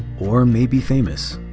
or maybe famous?